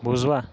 بوٗزوا